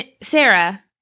Sarah